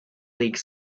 league